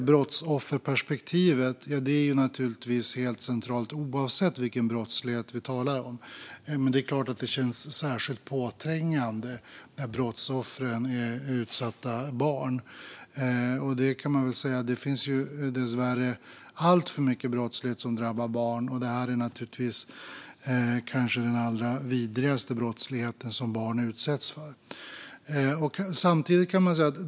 Brottsofferperspektivet är naturligtvis helt centralt oavsett vilken brottslighet vi talar om, men det är klart att det känns särskilt trängande när brottsoffren är utsatta barn. Det finns dessvärre alltför mycket brottslighet som drabbar barn, och detta är kanske den allra vidrigaste brottslighet som barn utsätts för.